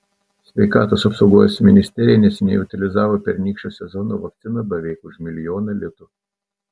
sveikatos apsaugos ministerija neseniai utilizavo pernykščio sezono vakciną beveik už milijoną litų